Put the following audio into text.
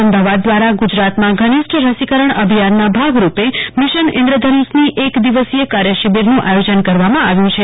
અમદાવાદ દ્વારા ગુજરાતમાં ઘનિષ્ઠ રસીકરણ અભિયાનના ભાગરૂપે મિશન ઇન્દ્રધનુષની એક દિવસીય કાર્યશિબિરનુ આયોજન કરવામાં આવ્યુ છે